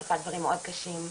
וכתב דברים מאוד קשים.